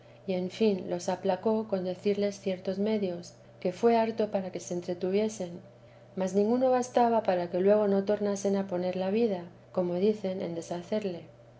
y en fin los con decirles ciertos medios que fué harto para qu entretuviesen mas ninguno bastaba para que luego no tornasen a poner la vida como dicen en deshacerle